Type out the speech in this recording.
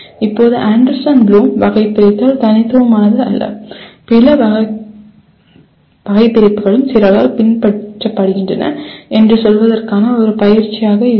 இப்போது Anderson Bloom வகைபிரித்தல் தனித்துவமானது அல்ல பிற வகைபிரிப்புகளும் சிலரால் பின்பற்றப்படுகின்றன என்று சொல்வதற்கான ஒரு பயிற்சியாக இது இருக்கும்